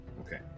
Okay